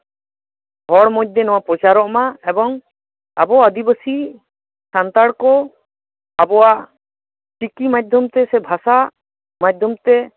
ᱦᱚᱲ ᱢᱚᱫᱽᱫᱷᱮ ᱱᱚᱣᱟ ᱯᱨᱚᱪᱟᱨᱚᱜ ᱢᱟ ᱮᱵᱚᱝ ᱟᱵᱚ ᱟᱹᱫᱤᱵᱟᱹᱥᱤ ᱥᱟᱱᱛᱟᱲ ᱠᱚ ᱟᱵᱚᱣᱟᱜ ᱪᱤᱠᱤ ᱢᱟᱡᱫᱽᱫᱷᱚᱢᱛᱮ ᱥᱮ ᱵᱷᱟᱥᱟ ᱢᱟᱫᱽᱫᱷᱚᱢᱛᱮ